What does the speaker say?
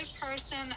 person